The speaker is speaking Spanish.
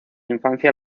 infancia